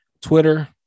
Twitter